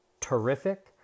terrific